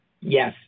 Yes